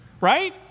right